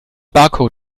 barcode